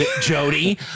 Jody